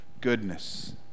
goodness